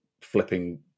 flipping